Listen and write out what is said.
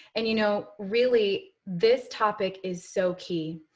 and, you know, really, this topic is so key.